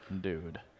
Dude